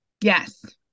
Yes